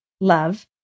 love